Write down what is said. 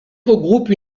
regroupe